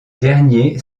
derniers